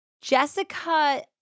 Jessica